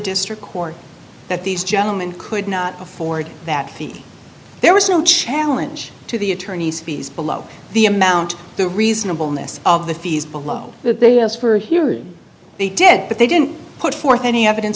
district court that these gentlemen could not afford that feat there was no challenge to the attorney's fees below the amount the reasonableness of the fees below that they were here they did but they didn't put forth any evidence